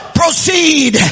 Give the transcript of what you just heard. proceed